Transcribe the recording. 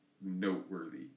noteworthy